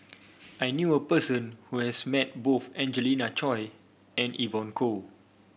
I knew a person who has met both Angelina Choy and Evon Kow